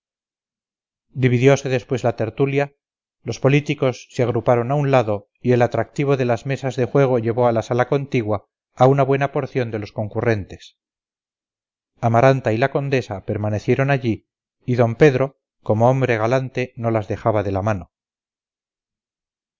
dividiose después la tertulia los políticos se agruparon a un lado y el atractivo de las mesas de juego llevó a la sala contigua a una buena porción de los concurrentes amaranta y la condesa permanecieron allí y d pedro como hombre galante no las dejaba de la mano